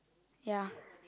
ya